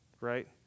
right